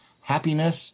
happiness